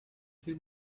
too